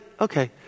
Okay